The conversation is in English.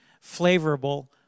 flavorable